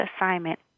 assignment